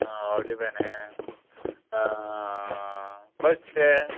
आं हावटी बेणे कशे ते